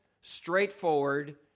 straightforward